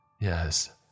Yes